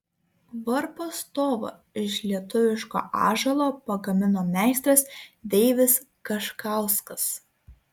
varpo stovą iš lietuviško ąžuolo pagamino meistras deivis kaškauskas